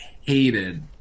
hated